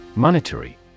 Monetary